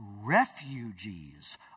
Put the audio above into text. refugees